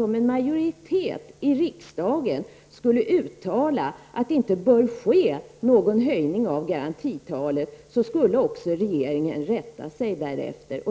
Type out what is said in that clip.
Om en majoritet i riksdagen skulle uttala att det inte bör ske någon höjning av garantitalet är jag fullkomligt övertygad om att regeringen också skulle rätta sig därefter.